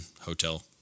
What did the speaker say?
hotel